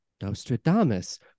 Nostradamus